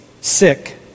sick